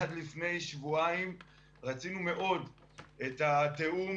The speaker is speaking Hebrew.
עד לפני שבועיים רצינו מאוד את התיאום